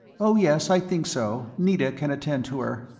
oh, yes, i think so. nita can attend to her.